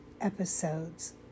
episodes